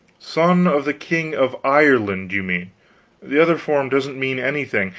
son of the king of ireland, you mean the other form doesn't mean anything.